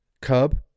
Cub